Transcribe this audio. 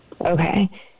Okay